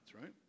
right